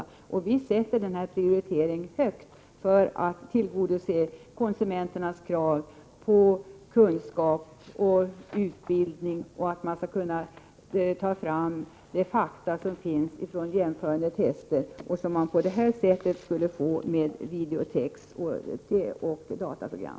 Vi ger hög prioritet åt datastyrd konsumentinformation för att tillgodose konsumenternas krav på kunskap och utbildning. Med ett sådant system blir de fakta som finns från jämförande tester tillgängliga genom videotex och dataprogram.